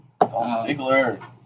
Ziggler